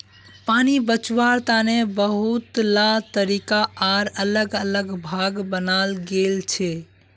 पानी बचवार तने बहुतला तरीका आर अलग अलग भाग बनाल गेल छे